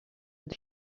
deux